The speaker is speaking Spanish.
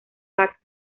vacas